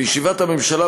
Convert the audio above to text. בישיבת הממשלה,